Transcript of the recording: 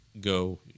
go